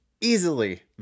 easily